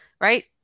right